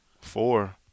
four